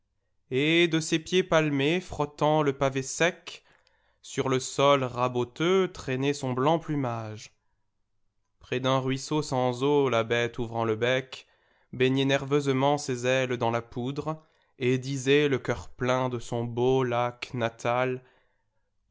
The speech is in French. et de ses pieds palmés frottant le pavé sec sur le sol raboteux traînait son blanc plumage près d'un ruisseau sans eau la bête ouvrant le bec baignait nerveusement ses ailes dans la poudre et disait le cœur plein de son beau lac natal